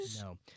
No